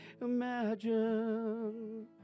imagine